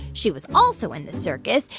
she was also in the circus.